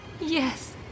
Yes